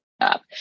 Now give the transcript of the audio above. up